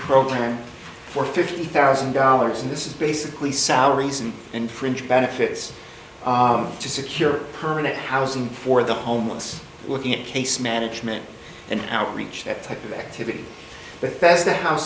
program for fifty thousand dollars and this is basically salaries and in fringe benefits to secure permanent housing for the homeless looking at case management and outreach that type of activity but best that house